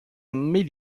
mais